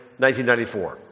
1994